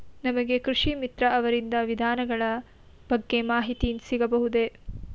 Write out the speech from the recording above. ನಮಗೆ ಕೃಷಿ ಮಿತ್ರ ಅವರಿಂದ ವಿಧಾನಗಳ ಬಗ್ಗೆ ಮಾಹಿತಿ ಸಿಗಬಹುದೇ?